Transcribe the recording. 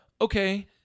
Okay